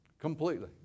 Completely